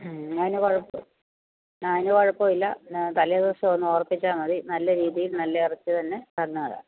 ആ അതിന് കുഴപ്പം അതിന് കുഴപ്പമില്ല തലേ ദിവസമൊന്ന് ഓർമിപ്പിച്ചാൽ മതി നല്ല രീതിയിൽ നല്ല ഇറച്ചി തന്നെ തന്നു വിടാം